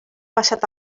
passat